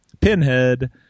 Pinhead